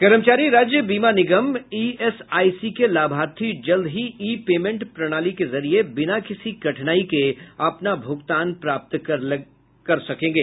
कर्मचारी राज्य बीमा निगम ईएसआईसी के लाभार्थी जल्द ही ई पेमेंट प्रणाली के जरिए बिना किसी कठिनाई के अपना भूगतान प्राप्त करने लगेंगे